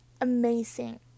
amazing